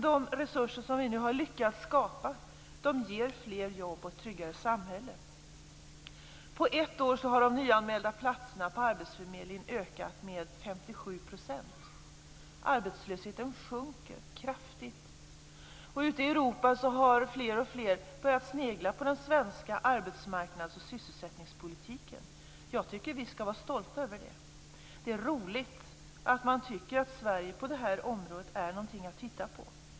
De resurser som vi nu har lyckats skapa ger fler jobb och ett tryggare samhälle. På ett år har antalet nyanmälda platser på arbetsförmedlingen ökat med 57 %. Arbetslösheten sjunker kraftigt. Ute i Europa har fler och fler börjat snegla på den svenska arbetsmarknads och sysselsättningspolitiken. Jag tycker att vi skall vara stolta över det. Det är roligt att man tycker att Sverige på detta område är någonting att titta på.